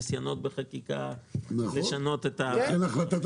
הניסיונות בחקיקה לשנות את כל עוגת הסמכויות.